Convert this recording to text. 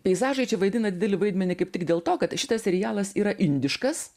peizažai čia vaidina didelį vaidmenį kaip tik dėl to kad šitas serialas yra indiškas